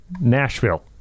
Nashville